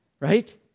Right